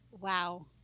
Wow